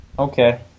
Okay